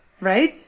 Right